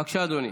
בבקשה, אדוני.